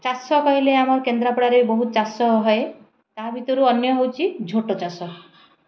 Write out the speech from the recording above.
ଚାଷ କହିଲେ ଆମର କେନ୍ଦ୍ରାପଡ଼ାରେ ବହୁତ ଚାଷ ହୁଏ ତା ଭିତରୁ ଅନ୍ୟ ହେଉଛି ଝୋଟ ଚାଷ